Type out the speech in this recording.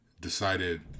decided